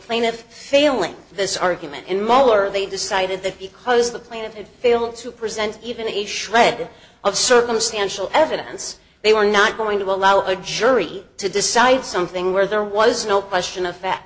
plaintiff failing this argument in mahler they decided that because the plaintiff had failed to present even a shred of circumstantial evidence they were not going to allow a jury to decide something where there was no question of fa